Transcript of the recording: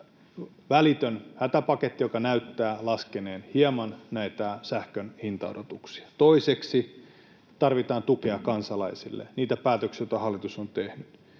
välitön hätäpaketti, joka näyttää laskeneen hieman sähkön hintaodotuksia. Toiseksi tarvitaan tukea kansalaisille, niitä päätöksiä, joita hallitus on tehnyt.